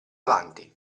avanti